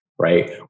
right